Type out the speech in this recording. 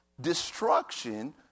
destruction